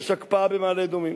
יש הקפאה במעלה-אדומים